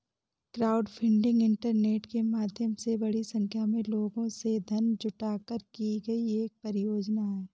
crowdfunding internet के माध्यम से बड़ी संख्या में लोगों से धन जुटाकर की गई एक परियोजना है